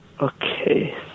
Okay